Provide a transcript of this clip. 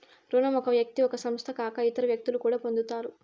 రుణం ఒక వ్యక్తి ఒక సంస్థ కాక ఇతర వ్యక్తులు కూడా పొందుతారు